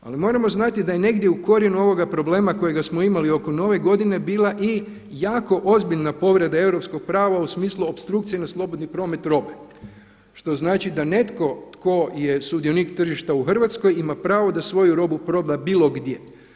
Ali moramo znati da je negdje u korijenu ovoga problema kojega smo imali oko nove godine bila i jako ozbiljna povreda europskog prava u smislu opstrukcije na slobodni promet robe, što znači da netko tko je sudionik tržišta u Hrvatskoj ima pravo da svoju robu proda bilo gdje.